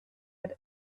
had